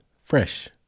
fresh